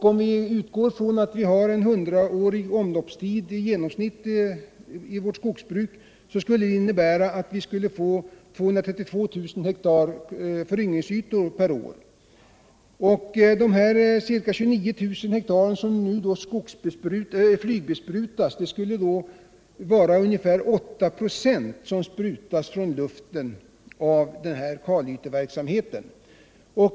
Om vi utgår från att vi har en hundraprocentig omloppstid i genomsnitt i vårt skogsbruk, skulle det innebära att vi fick 232 000 hektar föryngringsytor per år. Dessa ca 29 000 hektar som flygbesprutas skulle i så fall utgöra 8 96 av kalyteverksamheten.